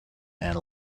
and